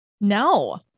No